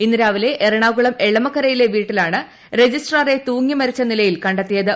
ഇന്ന് രാവിലെ എറണാകുളം എളമക്കരയിലെ വീട്ടിലാണ് രജിസ്ട്രാറെ തൂങ്ങി മരിച്ച നിലയിൽ കണ്ടെത്തിയത്